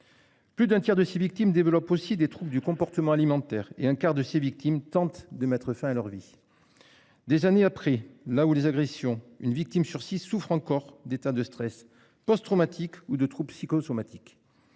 Plus d'un tiers de ses victimes développe aussi des troupes du comportement alimentaire et un quart de ces victimes tentent de mettre fin à leur vie. Des années a pris la ou les agressions une victime sur six souffre encore d'état de stress post-traumatique ou de trous psychosomatiques.